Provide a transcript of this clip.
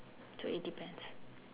so it depends